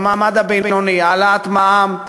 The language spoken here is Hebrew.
במעמד הבינוני: העלאת מע"מ,